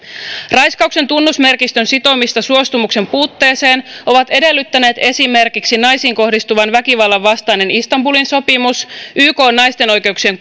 raiskauksen tunnusmerkistön sitomista suostumuksen puutteeseen ovat edellyttäneet esimerkiksi naisiin kohdistuvan väkivallan vastainen istanbulin sopimus ykn naisten oikeuksien